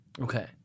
Okay